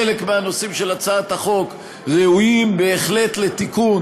חלק מהנושאים של הצעת החוק ראויים בהחלט לתיקון